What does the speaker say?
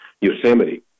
Yosemite